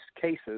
cases